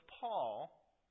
Paul